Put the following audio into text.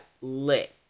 lit